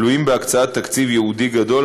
תלויים בהקצאת תקציב ייעודי גדול,